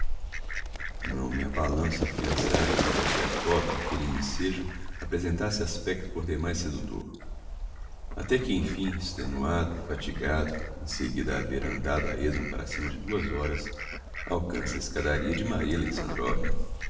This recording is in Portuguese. não me abalanço a afiançar que mozgliakov n'aquelle ensejo apresentasse aspecto por demais seductor até que emfim extenuado fatigado em seguida a haver andado a êsmo para cima de duas horas alcança a escadaria de maria